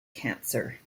cancer